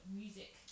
music